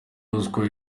ruswa